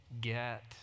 get